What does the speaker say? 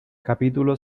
capítulo